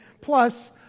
Plus